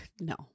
No